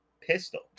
pistol